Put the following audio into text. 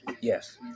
Yes